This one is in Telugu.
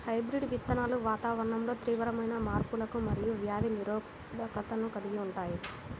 హైబ్రిడ్ విత్తనాలు వాతావరణంలో తీవ్రమైన మార్పులకు మరియు వ్యాధి నిరోధకతను కలిగి ఉంటాయి